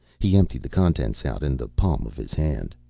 he emptied the contents out in the palm of his hand.